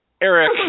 Eric